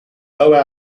lower